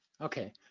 okay